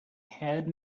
had